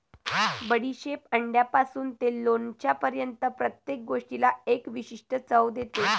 बडीशेप अंड्यापासून ते लोणच्यापर्यंत प्रत्येक गोष्टीला एक विशिष्ट चव देते